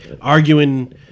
arguing